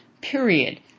period